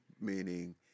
meaning